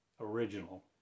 Original